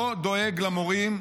לא דואג למורים,